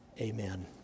Amen